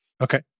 okay